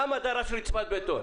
למה הוא דרש רצפת בטון?